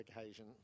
occasion